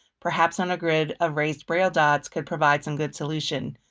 perhaps on a grid of raised braille dots could provide some good solution.